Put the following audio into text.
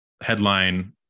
headline